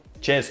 Cheers